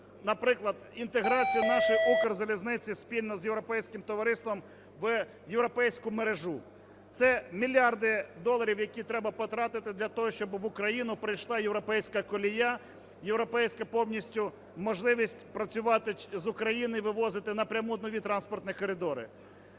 наприклад, інтеграцію нашої Укрзалізниці спільно з Європейським співтовариством в європейську мережу. Це мільярди доларів, які треба потратити для того, щоб в Україну прийшла європейська колія, європейська повністю можливість працювати з України, вивозити напряму нові транспортні коридори.